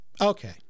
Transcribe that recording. Okay